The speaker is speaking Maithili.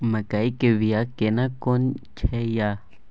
मकई के बिया केना कोन छै यो?